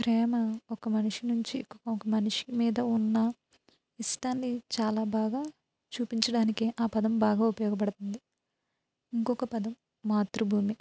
ప్రేమ ఒక మనిషి నుంచి ఇంకొక మనిషి మీద ఉన్న ఇష్టాన్ని చాలా బాగా చూపించడానికి ఆ పదం బాగా ఉపయోగపడుతుంది ఇంకొక పదం మాతృభూమి